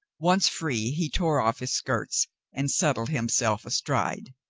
once free, he tore off his skirts and settled himself astride.